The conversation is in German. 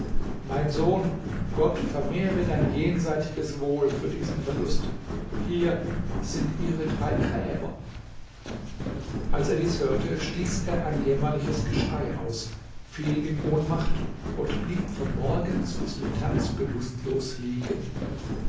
mein sohn gott vermehre dein jenseitiges wohl für diesen verlust hier sind ihre drei gräber als er dies hörte stieß er ein jämmerliches geschrei aus fiel in ohnmacht und blieb von morgens bis mittags bewußtlos liegen